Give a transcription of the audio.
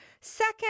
Second